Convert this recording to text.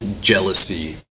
jealousy